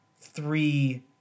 three